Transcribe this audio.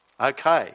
Okay